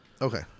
Okay